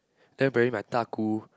then apparently my 大姑